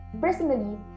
personally